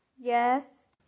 Yes